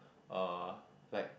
uh like